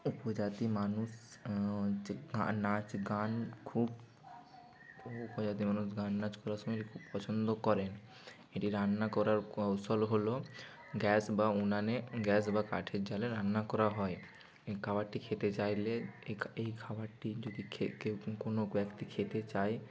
উপজাতি মানুষ যে নাচ গান খুব ও উপজাতির মানুষ গান নাচ করার সময় এটি খুব পছন্দ করেন এটি রান্না করার কৌশল হলো গ্যাস বা উনানে গ্যাস বা কাঠের জালে রান্না করা হয় এই খাবারটি খেতে চাইলে এই খা এই খাবারটি যদি খে কেউ কোনো ব্যক্তি খেতে চায়